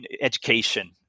education